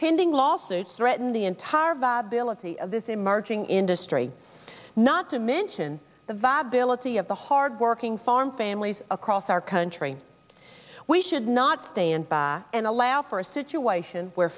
pending lawsuits threaten the entire viability of this emerging industry not to mention the viability of the hardworking farm families across our country we should not stand by and allow for a situation where